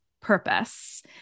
purpose